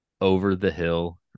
over-the-hill